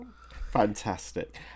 Fantastic